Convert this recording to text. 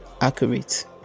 accurate